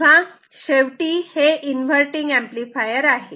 तेव्हा शेवटी हे इन्व्हर्टटिंग एंपलीफायर आहे